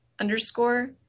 underscore